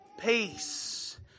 peace